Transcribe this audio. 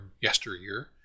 yesteryear